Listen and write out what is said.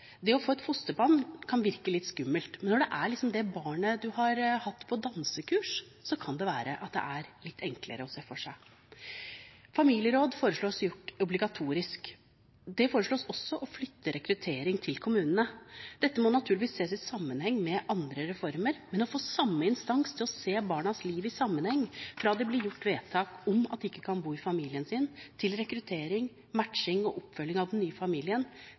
Det å få et fosterbarn kan virke litt skummelt, men når det er det barnet en har hatt på dansekurs, kan det være at det er litt enklere å se for seg. Familieråd foreslås gjort obligatorisk. Det foreslås også å flytte rekruttering til kommunene. Dette må naturligvis ses i sammenheng med andre reformer, men å få samme instans til å se barnas liv i sammenheng – fra det blir gjort vedtak om at de ikke kan bo i familien sin, til rekruttering, matching og oppfølging av den nye familien